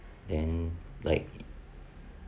then like